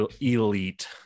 elite